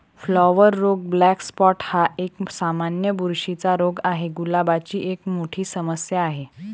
flower रोग black spot हा एक, सामान्य बुरशीचा रोग आहे, गुलाबाची एक मोठी समस्या आहे